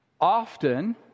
often